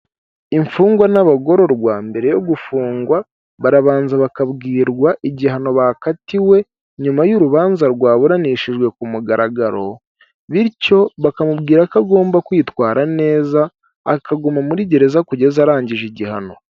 Imfungwa n'abagororwa mbere yo gufungwa barabanza bakabwirwa igihano bakatiwe nyuma y'urubanza rwaburanishijwe ku mugaragaro bityo bakamubwira ko agomba kwitwara neza akaguma muri gereza kugeza arangije igihano.